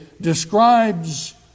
describes